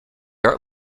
art